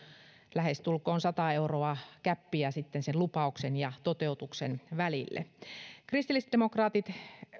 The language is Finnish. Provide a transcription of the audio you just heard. lähestulkoon sata euroa gäppiä sen lupauksen ja toteutuksen välille kristillisdemokraatit